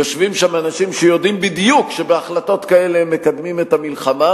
יושבים שם אנשים שיודעים בדיוק שבהחלטות כאלה הם מקדמים את המלחמה,